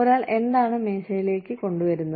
ഒരാൾ എന്താണ് മേശയിലേക്ക് കൊണ്ടുവരുന്നത്